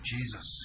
Jesus